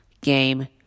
game